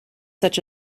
such